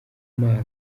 marc